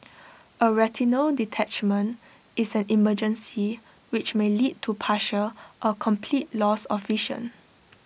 A retinal detachment is an emergency which may lead to partial or complete loss of vision